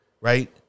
right